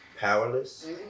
powerless